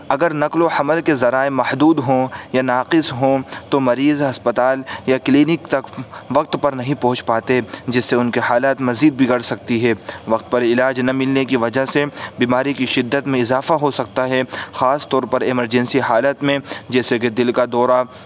اگر نقل و حمل کے ذرائع محدود ہوں یا ناقص ہوں تو مریض ہسپتال یا کلینک تک وقت پر نہیں پہنچ پاتے جس سے ان کی حالت مزید بگڑ سکتی ہے وقت پر علاج نہ ملنے کی وجہ سے بیماری کی شدت میں اضافہ ہو سکتا ہے خاص طور پر ایمرجنسی حالت میں جیسے کہ دل کا دورہ